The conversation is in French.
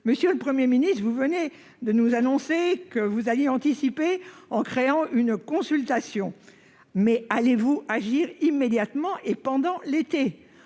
Monsieur le Premier ministre, vous venez d'annoncer que vous aviez anticipé en créant une consultation. Allez-vous agir immédiatement et pendant l'été ?